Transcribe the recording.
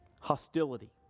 hostility